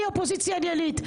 אני אופוזיציה עניינית.